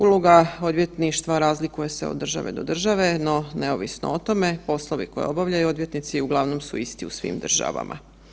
Uloga odvjetništva razlikuje se od države do države, no neovisno o tome, poslove koje obavljaju odvjetnici uglavnom su isti u svim državama.